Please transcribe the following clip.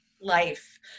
life